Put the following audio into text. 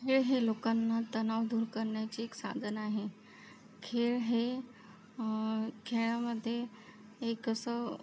खेळ हे लोकांना तणाव दूर करण्याचे एक साधन आहे खेळ हे खेळामध्ये एक असं